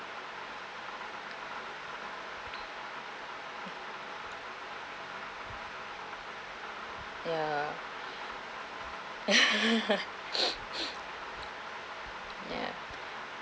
ya ya